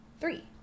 Three